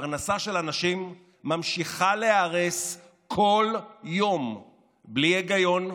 פרנסה של אנשים ממשיכה להיהרס כל יום בלי היגיון,